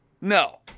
No